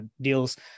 deals